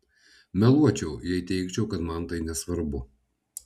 meluočiau jei teigčiau kad man tai nesvarbu